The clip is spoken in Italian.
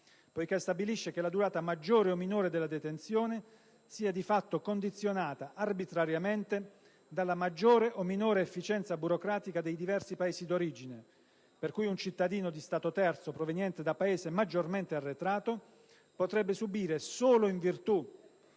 poiché stabilisce che la durata maggiore o minore della detenzione sia di fatto condizionata arbitrariamente dalla maggiore o minore efficienza burocratica dei diversi Paesi di origine. Pertanto, un cittadino di Stato terzo proveniente da un Paese maggiormente arretrato potrebbe subire, solo a causa